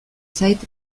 zait